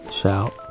shout